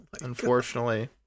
Unfortunately